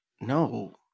No